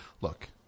Look